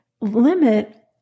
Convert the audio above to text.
limit